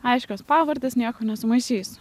aiškios pavardės nieko nesumaišysiu